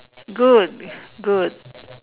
good good